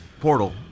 portal